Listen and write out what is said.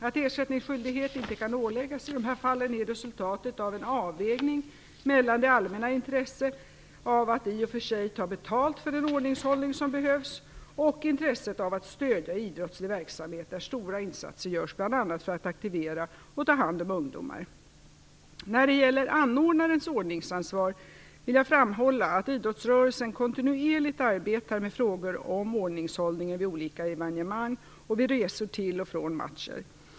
Att ersättningsskyldighet inte kan åläggas i dessa fall är resultatet av en avvägning mellan det allmännas intresse av att i och för sig ta betalt för den ordningshållning som behövs och intresset av att stödja idrottslig verksamhet, där stora insatser görs bl.a. för att aktivera och ta hand om ungdomar. När det gäller anordnarens ordningsansvar vill jag framhålla att idrottsrörelsen kontinuerligt arbetar med frågor om ordningshållningen vid olika evenemang och vid resor till och från matcher.